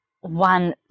one